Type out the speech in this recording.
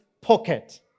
pocket